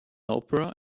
opera